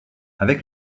avec